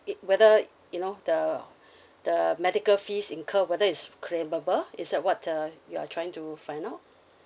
it whether you know the the medical fees incurred whether is claimable is that what uh you are trying to find now